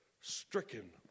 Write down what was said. stricken